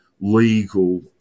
legal